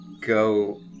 Go